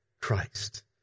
Christ